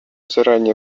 заранее